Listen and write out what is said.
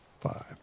five